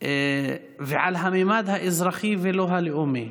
ועל הממד האזרחי ולא הלאומי.